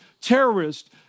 terrorist